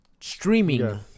streaming